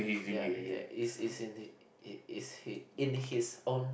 ya ya it's it's in the it it's he in his own